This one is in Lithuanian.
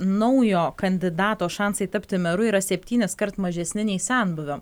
naujo kandidato šansai tapti meru yra septyniskart mažesni nei senbuvio